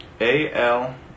AL